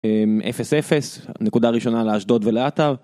אפס אפס, נקודה ראשונה לאשדוד ולעטר .